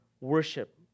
worship